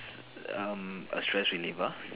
um a stress reliever